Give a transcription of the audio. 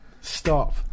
stop